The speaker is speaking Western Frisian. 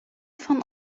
fan